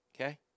okay